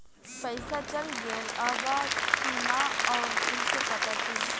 पइसा चल गेलऽ बा कि न और कइसे पता चलि?